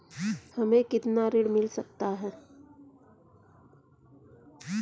हमें कितना ऋण मिल सकता है?